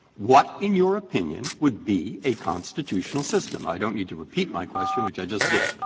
what, in your opinion, would be a constitutional system? i don't need to repeat my question, which i just did,